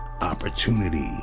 opportunity